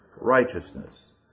righteousness